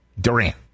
Durant